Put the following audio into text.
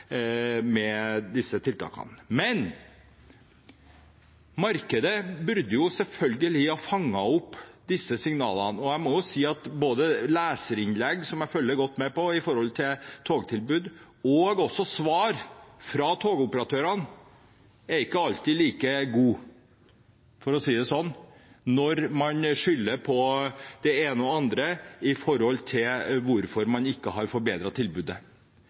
med disse tiltakene. Men markedet burde selvfølgelig ha fanget opp disse signalene, og jeg må jo si at både leserinnlegg om togtilbud, som jeg følger godt med på, og svarene fra togoperatørene ikke alltid er like gode, for å si det sånn, når man skylder på det ene og det andre for hvorfor man ikke har